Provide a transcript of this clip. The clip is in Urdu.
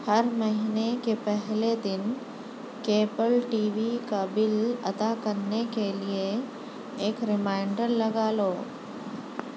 ہر مہینے کے پہلے دن کیبل ٹی وی کا بل ادا کرنے کے لیے ایک ریمائنڈر لگا لو